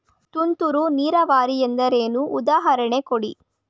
ತುಂತುರು ನೀರಾವರಿ ಎಂದರೇನು, ಉದಾಹರಣೆ ಕೊಡಿ?